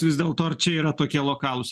vis dėlto ar čia yra tokie lokalūs